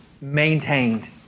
maintained